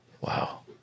Wow